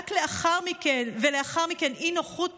לאחר מכן נוחות